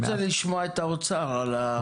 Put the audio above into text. אני רוצה לשמוע את האוצר על השיווקים.